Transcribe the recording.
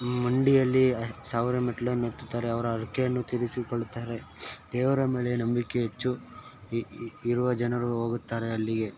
ಮಂಡಿಯಲ್ಲಿ ಸಾವಿರ ಮೆಟ್ಟಿಲನ್ನು ಹತ್ತುತ್ತಾರೆ ಅವರ ಹರಕೆಯನ್ನು ತೀರಿಸಿಕೊಳ್ಳುತ್ತಾರೆ ದೇವರ ಮೇಲೆ ನಂಬಿಕೆ ಹೆಚ್ಚು ಇರುವ ಜನರು ಹೋಗುತ್ತಾರೆ ಅಲ್ಲಿಗೆ